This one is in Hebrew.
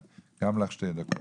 גם לך יש שתי דקות.